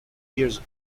years